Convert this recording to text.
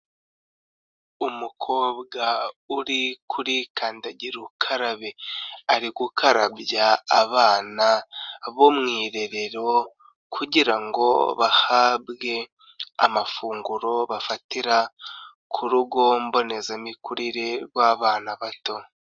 Umukobwa uri kuri kandagira ukarabe, ari gukarabya abana bo mu irerero kugira ngo bahabwe amafunguro bafatira ku rugo mbonezamikurire rw'abana bato.